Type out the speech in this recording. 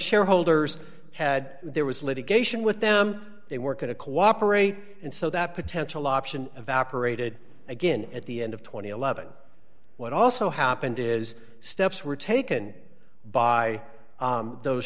shareholders had there was litigation with them they weren't going to cooperate and so that potential option evaporated again at the end of two thousand and eleven what also happened is steps were taken by those